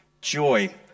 joy